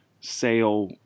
sale